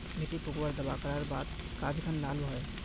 भिन्डी पुक आर दावा करार बात गाज खान लाल होए?